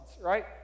right